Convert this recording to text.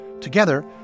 Together